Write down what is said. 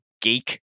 geek